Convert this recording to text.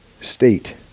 state